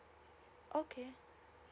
okay